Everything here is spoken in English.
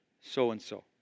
so-and-so